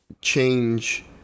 change